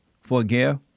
forgive